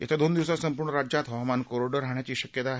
येत्या दोन दिवसात संपूर्ण राज्यात हवामान कोरडं राहण्याची शक्यता आहे